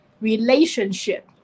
relationship